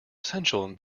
essential